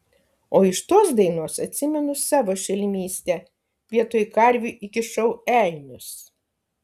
o iš tos dainos atsimenu savo šelmystę vietoj karvių įkišau elnius